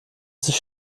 sich